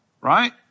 Right